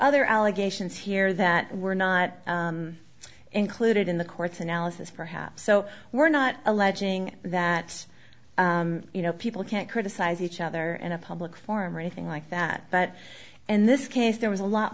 other allegations here that were not included in the court's analysis perhaps so we're not alleging that you know people can't criticize each other in a public forum or anything like that but in this case there was a lot